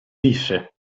disse